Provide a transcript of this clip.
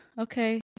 okay